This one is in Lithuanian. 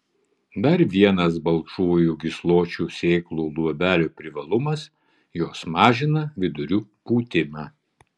dar vienas balkšvųjų gysločių sėklų luobelių privalumas jos mažina vidurių pūtimą